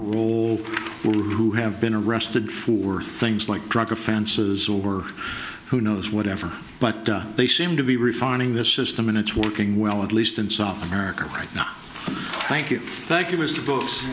well who have been arrested for things like drug offenses or who knows whatever but they seem to be refining this system and it's working well at least in south america right now thank you thank you mr books